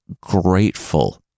grateful